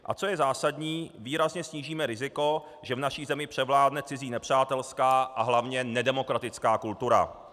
A co je zásadní, výrazně snížíme riziko, že v naší zemi převládne cizí nepřátelská a hlavně nedemokratická kultura.